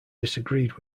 disagreed